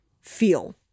feel